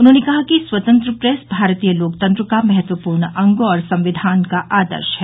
उन्होंने कहा कि स्वतंत्र प्रेस भारतीय लोकतंत्र का महत्वपूर्ण अंग और संविधान का आदर्श है